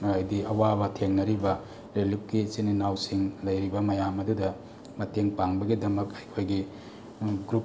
ꯍꯥꯏꯗꯤ ꯑꯋꯥꯕ ꯊꯦꯡꯅꯔꯤꯕ ꯔꯤꯂꯤꯞꯀꯤ ꯏꯆꯤꯟ ꯏꯅꯥꯎꯁꯤꯡ ꯂꯩꯔꯤꯕ ꯃꯌꯥꯝ ꯑꯗꯨꯗ ꯃꯇꯦꯡ ꯄꯥꯡꯕꯒꯤꯗꯃꯛ ꯑꯩꯈꯣꯏꯒꯤ ꯒ꯭ꯔꯨꯞ